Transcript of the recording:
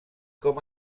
com